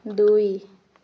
ଦୁଇ